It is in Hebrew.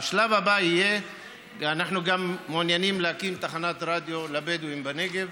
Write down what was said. בשלב הבא אנחנו גם מעוניינים להקים תחנת רדיו לבדואים בנגב,